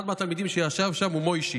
אחד מהתלמידים שישב שם הוא מוישי.